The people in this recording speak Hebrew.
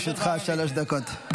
בבקשה, לרשותך שלוש דקות.